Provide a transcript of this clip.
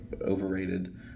overrated